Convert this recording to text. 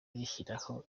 rishyiraho